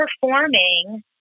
performing